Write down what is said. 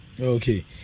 Okay